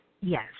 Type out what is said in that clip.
Yes